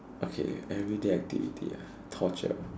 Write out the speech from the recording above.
okay everyday activity ah torture